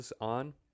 on